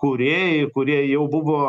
kūrėjai kurie jau buvo